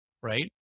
right